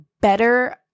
better